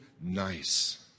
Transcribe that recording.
nice